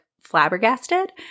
flabbergasted